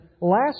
last